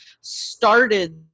started